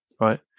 right